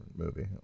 movie